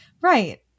Right